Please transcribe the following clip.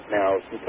Now